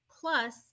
Plus